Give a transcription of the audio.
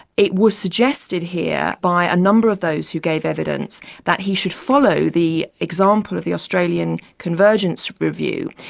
it was suggested here by a number of those who gave evidence that he should follow the example of the australian convergence review,